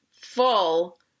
full